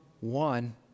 one